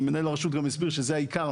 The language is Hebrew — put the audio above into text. מנהל הרשות גם הסביר שזה העיקר.